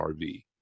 RV